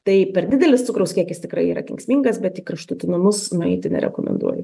tai per didelis cukraus kiekis tikrai yra kenksmingas bet į kraštutinumus nueiti nerekomenduoju